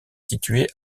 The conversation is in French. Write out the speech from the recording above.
situé